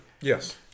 Yes